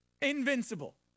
Invincible